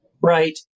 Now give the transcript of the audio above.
Right